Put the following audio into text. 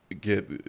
get